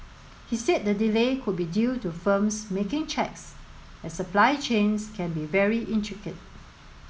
he said the delay could be due to firms making checks as supply chains can be very intricate